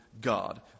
God